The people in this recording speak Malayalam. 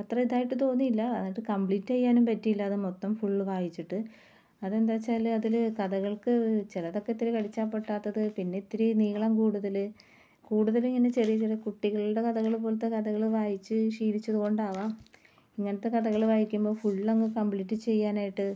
അത്ര ഇതായിട്ട് തോന്നിയില്ല എന്നിട്ട് കമ്പ്ലീറ്റ് ചെയ്യാനും പറ്റിയില്ല അത് മൊത്തം ഫുൾ വായിച്ചിട്ട് അത് എന്താണ് വെച്ചാൽ അതിൽ കഥകള്ക്ക് ചിലതൊക്കെ ഇത്തിരി കടിച്ചാല് പൊട്ടാത്തത് പിന്നെ ഇത്തിരി നീളം കൂടുതൽ കൂടുതൽ ഇങ്ങനെ ചെറിയ ചെറിയ കുട്ടികളുടെ കഥകള് പോലത്തെ കഥകൾ വായിച്ച് ശീലിച്ചതു കൊണ്ടാവാം ഇങ്ങനത്തെ കഥകൾ വായിക്കുമ്പം ഫുൾ അങ്ങ് കമ്പ്ലീറ്റ് ചെയ്യാനായിട്ട്